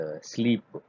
sleep